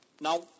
Now